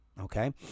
Okay